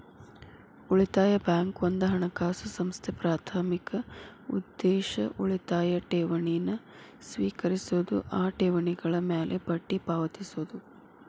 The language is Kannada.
ಉಳಿತಾಯ ಬ್ಯಾಂಕ್ ಒಂದ ಹಣಕಾಸು ಸಂಸ್ಥೆ ಪ್ರಾಥಮಿಕ ಉದ್ದೇಶ ಉಳಿತಾಯ ಠೇವಣಿನ ಸ್ವೇಕರಿಸೋದು ಆ ಠೇವಣಿಗಳ ಮ್ಯಾಲೆ ಬಡ್ಡಿ ಪಾವತಿಸೋದು